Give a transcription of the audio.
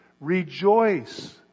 Rejoice